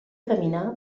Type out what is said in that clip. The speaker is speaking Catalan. caminar